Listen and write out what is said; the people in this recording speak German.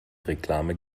reklame